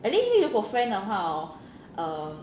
at least 如果 friend 的话 hor um